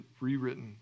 rewritten